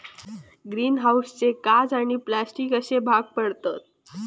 green हाऊसचे काच आणि प्लास्टिक अश्ये भाग पडतत